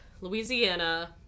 Louisiana